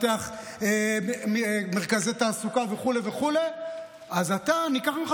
מפתח מרכזי תעסוקה וכו' וכו' אז ניקח ממך